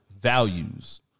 values